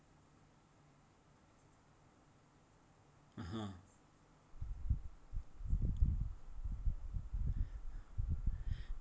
(uh huh)